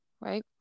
right